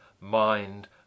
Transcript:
mind